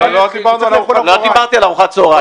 לא דיברתי על ארוחת צהרים.